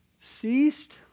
ceased